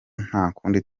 ntakundi